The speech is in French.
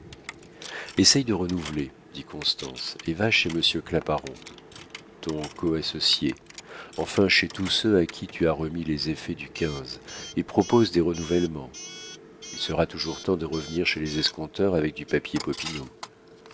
essaye de renouveler dit constance et va chez monsieur claparon ton co associé enfin chez tous ceux à qui tu as remis les effets du quinze et propose des renouvellements il sera toujours temps de revenir chez les escompteurs avec du papier